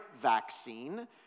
vaccine